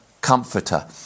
comforter